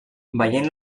veient